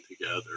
together